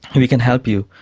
and we can help you.